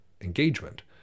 engagement